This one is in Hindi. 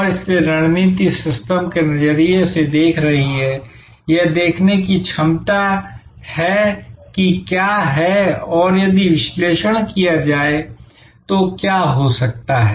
और इसलिए रणनीति सिस्टम के नजरिए से देख रही है यह देखने की क्षमता है कि क्या है और यदि विश्लेषण किया जाए तो क्या हो सकता है